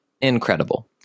incredible